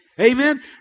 Amen